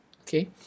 okay